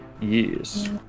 Yes